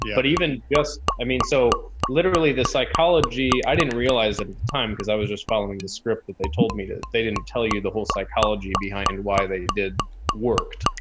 yeah but even just, i mean, so literally the psychology, i didn't realize that at the time cause i was just following the script that they told me that they didn't tell you the whole psychology behind why they did worked.